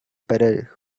para